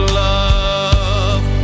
love